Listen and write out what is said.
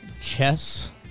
chess